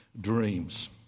dreams